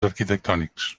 arquitectònics